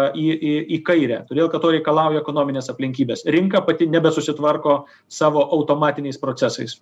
į į į kairę todėl kad to reikalauja ekonominės aplinkybės rinka pati nebesusitvarko savo automatiniais procesais